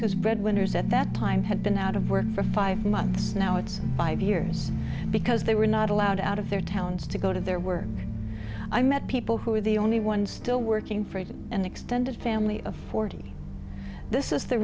whose breadwinners at that time had been out of work for five months now it's five years because they were not allowed out of their towns to go to there were i met people who were the only ones still working for an extended family of forty this is the